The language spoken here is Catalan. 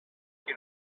qui